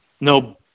no